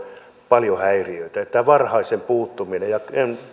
paljon häiriöitä eli tärkeää on tämä varhainen puuttuminen ja en